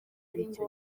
icyo